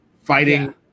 fighting